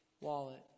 wallet